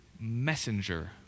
messenger